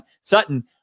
Sutton